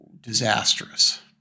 disastrous